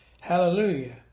Hallelujah